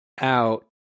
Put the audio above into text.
out